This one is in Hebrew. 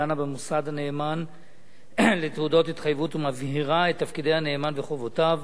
דנה במוסד הנאמן לתעודות התחייבות ומבהירה את תפקידי הנאמן וחובותיו,